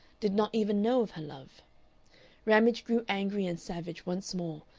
did not even know of her love ramage grew angry and savage once more,